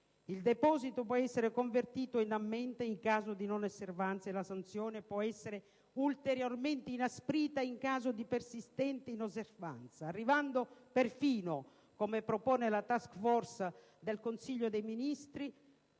Il deposito può essere convertito in ammenda in caso di non osservanza e la sanzione può essere ulteriormente inasprita in caso di persistente inosservanza, arrivando perfino, come propone la *task force* del Consiglio europeo,